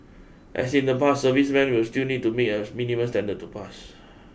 as in the past servicemen will still need to meet as minimum standard to pass